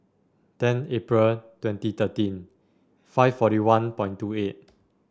ten April twenty thirteen five forty one point two eight